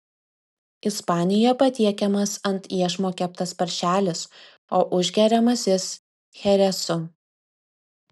ispanijoje patiekiamas ant iešmo keptas paršelis o užgeriamas jis cheresu